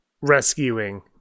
rescuing